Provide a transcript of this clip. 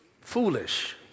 Foolish